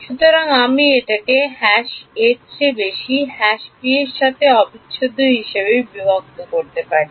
সুতরাং আমি এটিকে a এর চেয়ে বেশি b এর সাথে অবিচ্ছেদ্য হিসাবে বিভক্ত করতে পারি